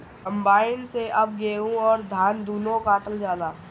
combine से अब गेहूं अउर धान दूनो काटल जाला